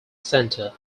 centre